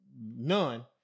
none